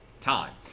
time